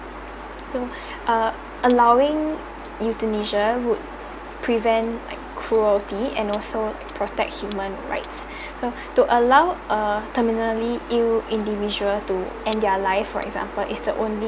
so uh allowing euthanasia would prevent like cruelty and also protect human rights uh to allow uh terminally ill individual to end their life for example is the only